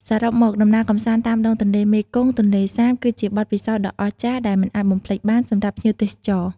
សរុបមក ដំណើរកម្សាន្តតាមដងទន្លេមេគង្គ-ទន្លេសាប គឺជាបទពិសោធន៍ដ៏អស្ចារ្យដែលមិនអាចបំភ្លេចបានសម្រាប់ភ្ញៀវទេសចរ។